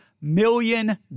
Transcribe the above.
million